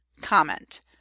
comment